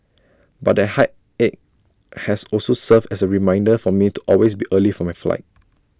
but that heartache has also served as A reminder for me to always be early for my flight